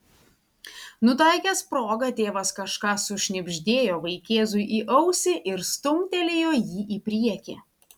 nutaikęs progą tėvas kažką sušnibždėjo vaikėzui į ausį ir stumtelėjo jį į priekį